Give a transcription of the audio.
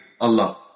Allah